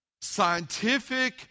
scientific